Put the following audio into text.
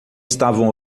estavam